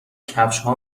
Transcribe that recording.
کفشها